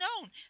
known